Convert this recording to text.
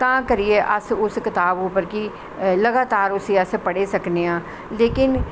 तां करियै अस उस कताब उप्पर कि लगातार अस उसी पढ़ी सकने आं लेकिन